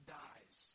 dies